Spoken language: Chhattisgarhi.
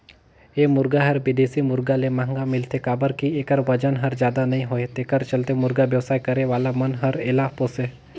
ए मुरगा हर बिदेशी मुरगा ले महंगा मिलथे काबर कि एखर बजन हर जादा नई होये तेखर चलते मुरगा बेवसाय करे वाला मन हर एला पोसे